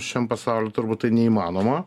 šiam pasauly turbūt tai neįmanoma